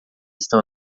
estão